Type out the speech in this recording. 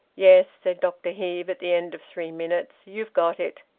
yes, said dr heve, at the end of three minutes. you've got it.